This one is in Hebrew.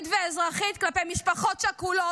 חברי הכנסת, חברי הכנסת.